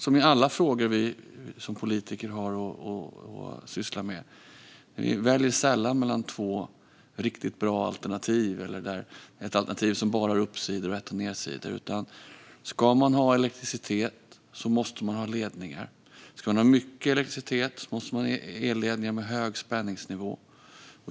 Som i alla frågor som vi som politiker har att syssla med väljer vi sällan mellan två riktigt bra alternativ eller mellan ett alternativ som bara har uppsidor och ett som har nedsidor. Ska man ha elektricitet måste man ha ledningar. Ska man ha mycket elektricitet måste man ha elledningar med hög spänningsnivå.